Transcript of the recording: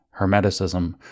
hermeticism